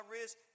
wrist